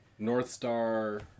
Northstar